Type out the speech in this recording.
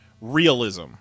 realism